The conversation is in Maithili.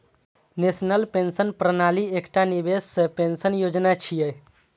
नेशनल पेंशन प्रणाली एकटा निवेश सह पेंशन योजना छियै